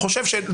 חושב.